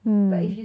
mm